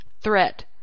threat